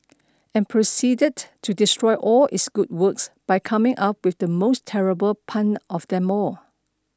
and proceeded to destroy all its good work by coming up with the most terrible pun of them all